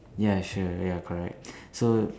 ya sure ya correct so